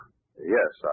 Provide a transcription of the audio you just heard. Yes